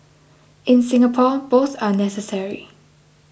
in Singapore both are necessary